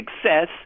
success